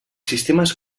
sistemes